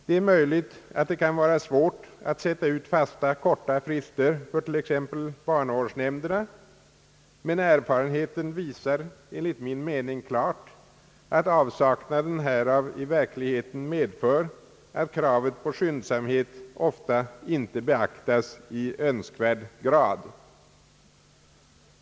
Det är möjligt att det kan vara svårt att sätta ut fasta korta frister för t.ex. barnavårdsnämnderna, men erfarenheten visar enligt min mening klart, att avsaknaden av frister i verkligheten medför, att kravet på skyndsamhet ofta inte beaktas i önskvärd grad.